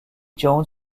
jones